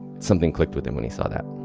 something clicked with him when he saw that.